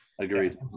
Agreed